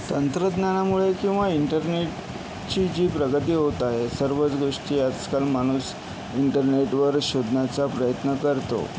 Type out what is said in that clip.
तंत्रज्ञानामुळे किंवा इंटरनेटची जी प्रगती होत आहे सर्वच गोष्टी आजकाल माणूस इंटरनेटवर शोधण्याचा प्रयत्न करतो